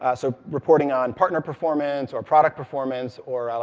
ah so reporting on partner performance, or product performance, or our,